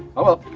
oh well,